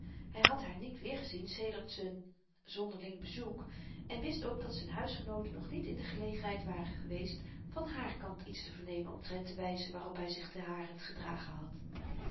hy had haar niet weergezien sedert z'n zonderling bezoek en wist dat ook z'n huisgenooten nog niet in de gelegenheid waren geweest van hààr kant iets te vernemen omtrent de wyze waarop hy zich ten harent gedragen had